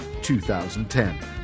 2010